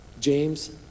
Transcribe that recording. James